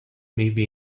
maybe